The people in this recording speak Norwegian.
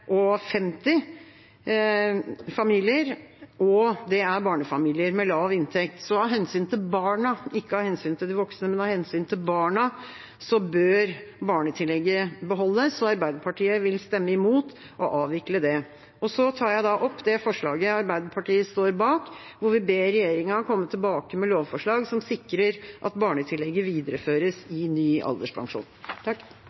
familier, og det er barnefamilier med lav inntekt. Så av hensyn til barna – ikke av hensyn til de voksne, men av hensyn til barna – bør barnetillegget beholdes, og Arbeiderpartiet vil stemme imot å avvikle det. Jeg tar opp forslaget fra Arbeiderpartiet, Senterpartiet og SV, hvor vi ber regjeringa komme tilbake med lovforslag som sikrer at barnetillegget videreføres